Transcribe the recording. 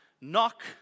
Knock